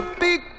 big